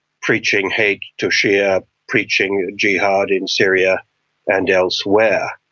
preaching hate to shia, preaching jihad in syria and elsewhere.